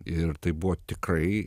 ir tai buvo tikrai